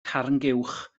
carnguwch